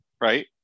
right